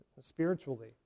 spiritually